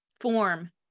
form